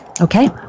Okay